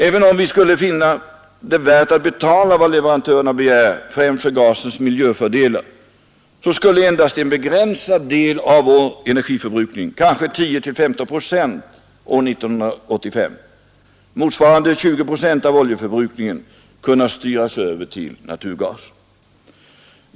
Även om vi skulle finna det värt att betala vad leverantörerna begär, främst för gasens miljöfördelar, skulle endast en begränsad del av vår energiförbrukning — kanske 10—15 procent år 1985, motsvarande 20 procent av oljeförbrukningen — kunna styras över till naturgas.